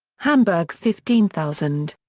hamburg fifteen thousand.